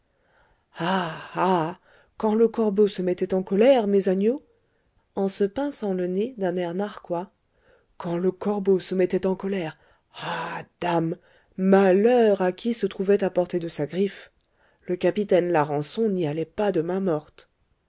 quand le corbeau se mettait en colère mes agneaux répondit mike en se pinçant le nez d'un air narquois quand le corbeau se mettait en colère ah dame malheur à qui se trouvait à portée de sa griffe le capitaine larençon n'y allait pas de main morte